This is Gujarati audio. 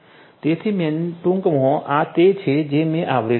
તેથી ટૂંકમાં આ તે છે જે મેં આવરી લીધું છે